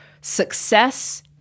success